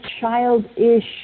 childish